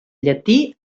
llatí